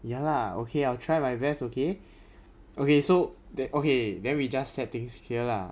ya lah okay I'll try my best okay okay so that okay then we just set things here lah